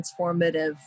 transformative